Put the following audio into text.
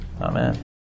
Amen